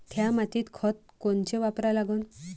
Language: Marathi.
थ्या मातीत खतं कोनचे वापरा लागन?